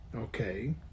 Okay